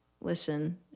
listen